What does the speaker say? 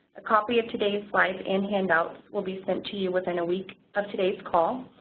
a copy of today's slides and handouts will be sent to you within a week of today's call,